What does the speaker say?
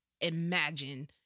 imagine